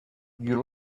you